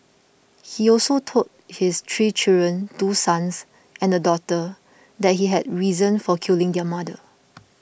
he also told his three children two sons and a daughter that he had reasons for killing their mother